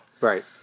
Right